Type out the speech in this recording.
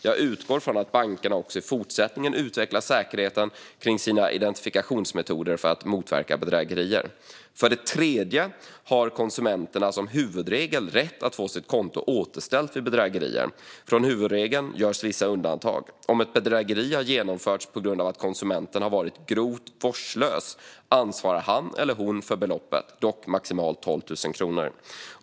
Jag utgår från att bankerna också i fortsättningen utvecklar säkerheten kring sina identifikationsmetoder för att motverka bedrägerier. För det tredje har konsumenter som huvudregel rätt att få sitt konto återställt vid bedrägerier. Från huvudregeln görs vissa undantag. Om ett bedrägeri har genomförts på grund av att konsumenten har varit grovt vårdslös ansvarar han eller hon för beloppet, dock maximalt 12 000 kronor.